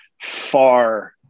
far